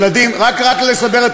ילדים, רק לסבר את